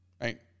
right